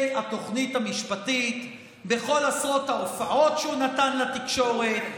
התוכנית המשפטית בכל עשרות ההופעות שהוא נתן לתקשורת,